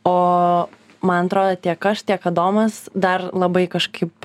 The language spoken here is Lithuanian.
o man atrodo tiek aš tiek adomas dar labai kažkaip